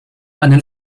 einen